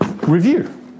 review